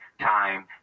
Time